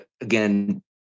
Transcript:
again